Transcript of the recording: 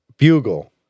Bugle